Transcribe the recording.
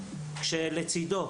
כשלצידו,